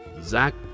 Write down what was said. Zach